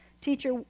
Teacher